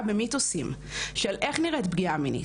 במיתוסים של איך נראית פגיעה מינית,